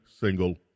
single